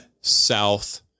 South